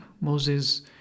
Moses